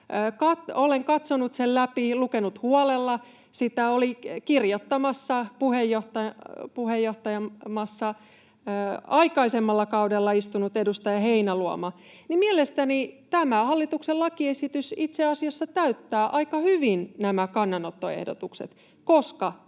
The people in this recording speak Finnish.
olen katsonut sen läpi, lukenut huolella, sillä sitä oli kirjoittamassa, puheenjohtamassa, aikaisemmalla kaudella istunut edustaja Heinäluoma — niin mielestäni tämä hallituksen lakiesitys itse asiassa täyttää aika hyvin nämä kannanottoehdotukset, koska: